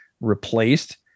replaced